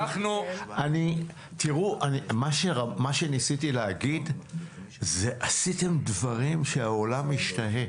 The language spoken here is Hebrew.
מה שניסיתי להגיד זה שעשיתם דברים שהעולם משתאה.